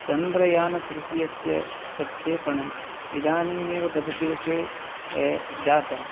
चन्द्रयानतृतीयस्य प्रक्षेपणम् इदानीम् एव गतदिवसे जातं